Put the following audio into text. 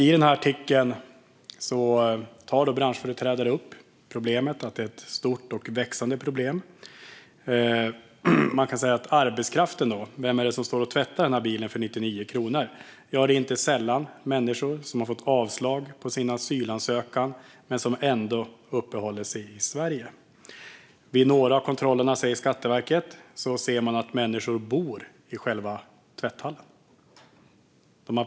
I artikeln tar branschföreträdare upp att detta är ett stort och växande problem. Arbetskraften, då? Vem är det som står och tvättar bilen för 99 kronor? Det är inte sällan människor som har fått avslag på sin asylansökan men ändå uppehåller sig i Sverige. Vid några av kontrollerna ser man, säger Skatteverket, att människor bor i själva tvätthallen.